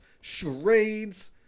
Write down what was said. Charades